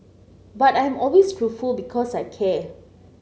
but I am always truthful because I care